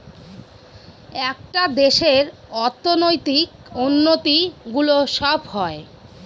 একটা দেশের অর্থনৈতিক উন্নতি গুলো সব হয়